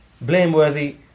Blameworthy